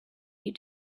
you